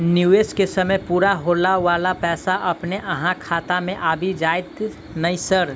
निवेश केँ समय पूरा होला पर पैसा अपने अहाँ खाता मे आबि जाइत नै सर?